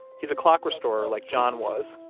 he's a clock restorer like john was,